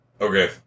okay